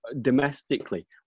Domestically